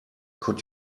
could